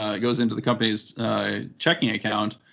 ah goes into the company's checking account,